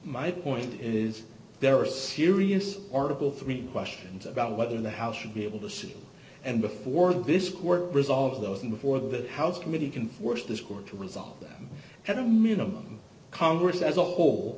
my point is there are serious article three questions about whether the house should be able to sue and before this court resolve those and before the house committee can force this court to resolve that at a minimum congress as a whole